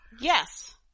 Yes